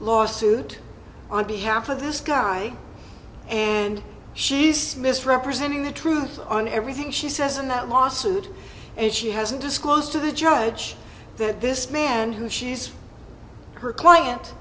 lawsuit on behalf of this guy and she's misrepresenting the truth on everything she says in that lawsuit and she hasn't disclosed to the judge that this man who she is her client